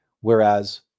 Whereas